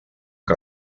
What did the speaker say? que